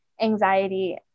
anxiety